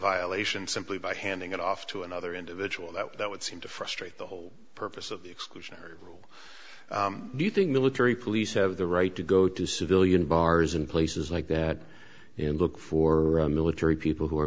violation simply by handing it off to another individual that would seem to frustrate the whole purpose of the exclusionary rule do you think military police have the right to go to civilian bars in places like that in look for military people who